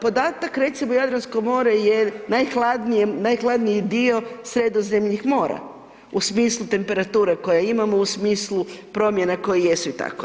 podatak, recimo, Jadransko more je najhladnije, najhladniji dio Sredozemnih mora u smislu temperatura koja imamo, u smislu promjena koje jesu i tako.